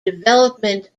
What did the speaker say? development